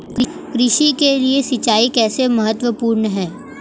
कृषि के लिए सिंचाई कैसे महत्वपूर्ण है?